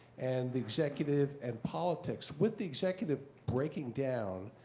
and the executive and politics. with the executive breaking down,